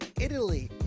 Italy